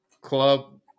club